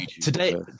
Today